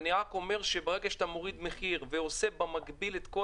אני רק אומר שצריך להוריד מחיר ובמקביל לעשות את כל